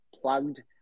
plugged